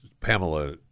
Pamela